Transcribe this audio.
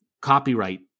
copyright